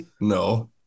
No